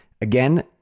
again